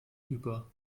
über